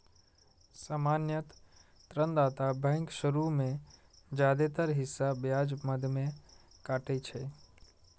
सामान्यतः ऋणदाता बैंक शुरू मे जादेतर हिस्सा ब्याज मद मे काटै छै